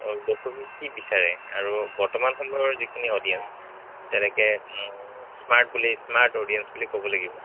অঁ দৰ্শকে কি বিচাৰে আৰু বৰ্তমান সময়ৰ যিখিনি অডিয়েঞ্চ তেনেকে স্মাৰ্ট বুলি স্মাৰ্ট অডিয়েঞ্চ বুলি ক'ব লাগিব